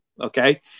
Okay